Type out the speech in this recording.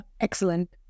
excellent